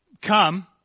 come